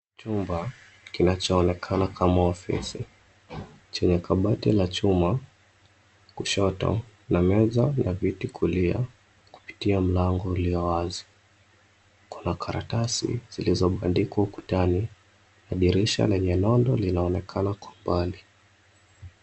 Chumba kinachoonekana kama ofisi. Chenye kabati ya chuma kushoto, na meza na viti kulia kupitia mlango ulio wazi. Kuna karatasi zilizobandikwa ukutani na dirisha lenye nondo linaonekana kwa mbali.